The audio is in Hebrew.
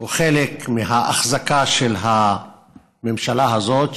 הוא חלק מההחזקה של הממשלה הזאת,